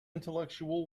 intellectual